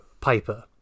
piper